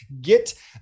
get